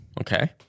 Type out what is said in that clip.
okay